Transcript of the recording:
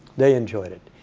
they enjoyed it.